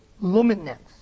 luminance